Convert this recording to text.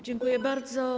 Dziękuję bardzo.